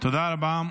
תודה רבה.